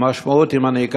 המשמעות היא,